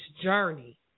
journey